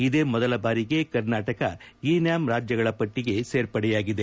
ಇದೇ ಮೊದಲ ಬಾರಿಗೆ ಕರ್ನಾಟಕ ಇ ನ್ನಾಮ್ ರಾಜ್ಯಗಳ ಪಟ್ಟಿಗೆ ಸೇರ್ಪಡೆಯಾಗಿದೆ